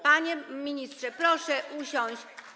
Panie ministrze, proszę usiąść.